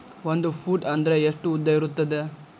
ಒಂದು ಫೂಟ್ ಅಂದ್ರೆ ಎಷ್ಟು ಉದ್ದ ಇರುತ್ತದ?